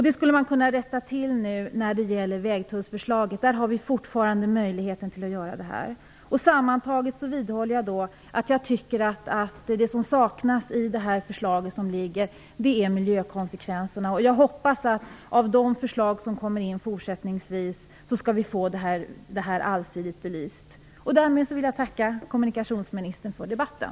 Detta kan nu rättas till beträffande vägtullsförslaget. Där finns fortfarande den möjligheten. Sammantaget vidhåller jag att miljökonsekvenserna saknas i det liggande förslaget. Jag hoppas att de förslag som fortsättningsvis kommer in skall ge en allsidig belysning. Därmed vill jag tacka kommunikationsministern för debatten.